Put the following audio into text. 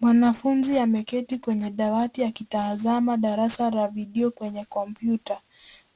Mwanafunzi ameketi kwenye dawati akitazama darasa la video kwenye kompyuta,